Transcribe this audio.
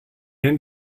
end